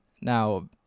Now